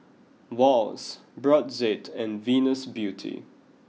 Wall's Brotzeit and Venus Beauty